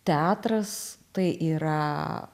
teatras tai yra